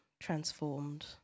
transformed